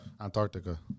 Antarctica